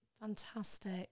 Fantastic